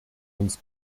uns